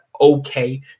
okay